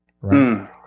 Right